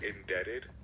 indebted